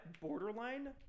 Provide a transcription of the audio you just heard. borderline